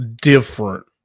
different